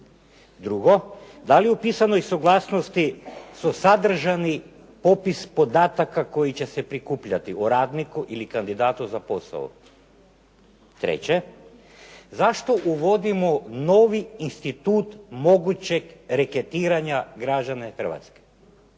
Drugo, da li u pisanoj suglasnosti su sadržani popis podataka koji će se prikupljati o radniku ili kandidatu za posao? Treće, zašto uvodimo novi institut mogućeg reketarenja građana Hrvatske?